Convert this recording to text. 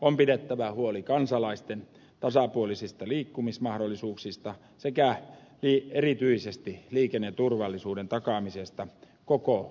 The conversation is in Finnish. on pidettävä huoli kansalaisten tasapuolisista liikkumismahdollisuuksista sekä erityisesti liikenneturvallisuuden takaamisesta koko suomessa